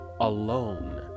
alone